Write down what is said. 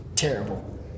terrible